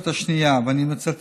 לתוספת השנייה, ואני מצטט: